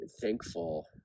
thankful